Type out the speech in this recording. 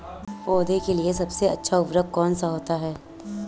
पौधे के लिए सबसे अच्छा उर्वरक कौन सा होता है?